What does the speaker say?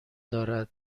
دارد